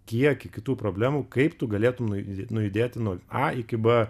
kiekį kitų problemų kaip tu galėtum nujudėti nuo a iki b